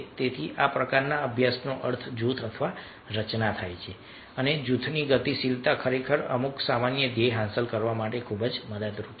તેથી આ પ્રકારના અભ્યાસનો અર્થ જૂથ અથવા રચના થાય છે અને જૂથની ગતિશીલતા ખરેખર અમુક સામાન્ય ધ્યેય હાંસલ કરવા માટે ખૂબ જ મદદરૂપ છે